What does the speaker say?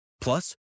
Plus